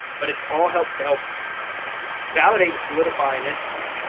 but it's all helped to help validate and solidify an entity.